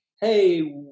Hey